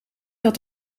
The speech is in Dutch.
dat